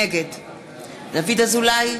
נגד דוד אזולאי,